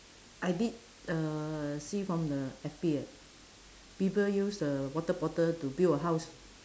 I did uh see from the F_B people use the water bottle to build a house